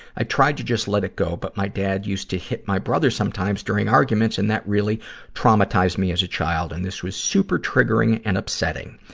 i tried to just let it go, but my dad used to hit my brother sometimes during arguments and that really traumatized me as a child, and this was super triggering and upsetting.